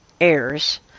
heirs